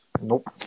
nope